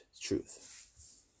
truth